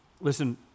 Listen